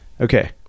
Okay